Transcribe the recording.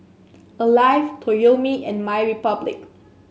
Alive Toyomi and MyRepublic